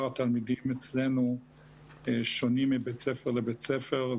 התלמידים אצלנו שונים מבית ספר לבית ספר.